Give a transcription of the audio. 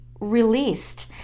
released